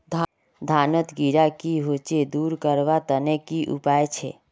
धानोत कीड़ा की होचे दूर करवार तने की उपाय छे?